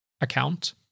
account